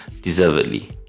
deservedly